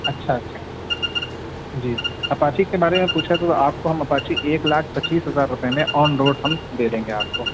اچھا اچھا جی اپاچی کے بارے میں پوچھیں تو آپ کو ہم اپاچی ایک لاکھ پچیس ہزار روپئے میں آن روڈ ہم دے دیں گے آپ کو